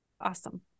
awesome